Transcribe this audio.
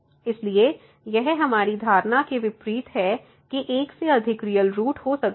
इसलिए यह हमारी धारणा के विपरीत है कि एक से अधिक रियल रूट हो सकते हैं